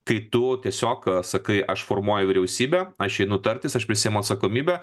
kai tu tiesiog sakai aš formuoju vyriausybę aš einu tartis aš prisiimu atsakomybę